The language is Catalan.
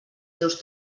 teus